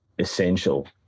essential